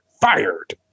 fired